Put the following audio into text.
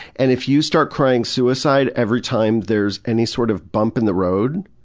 and if you start crying suicide every time there's any sort of bump in the road,